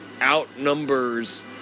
outnumbers